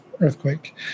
Earthquake